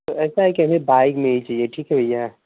तो ऐसा है के अभी बाइक नहीं चाहिये ठीक है भैया